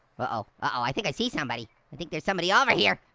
ah ah i think i see somebody. i think there's somebody over here.